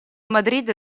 madrid